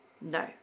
No